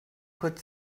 could